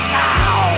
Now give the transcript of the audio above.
now